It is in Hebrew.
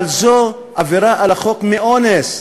אבל זו עבירה על החוק מאונס.